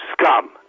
scum